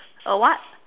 a what